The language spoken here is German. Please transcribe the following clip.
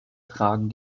tragen